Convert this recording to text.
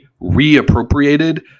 reappropriated